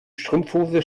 strumpfhose